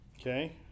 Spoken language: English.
Okay